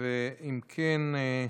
אם כן,